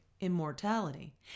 immortality